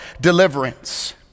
deliverance